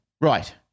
Right